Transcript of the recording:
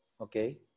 okay